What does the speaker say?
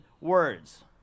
words